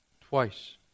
Twice